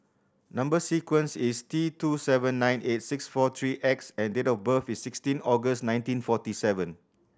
number sequence is T two seven nine eight six four three X and date of birth is sixteen August nineteen forty seven